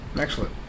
Excellent